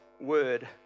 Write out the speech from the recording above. word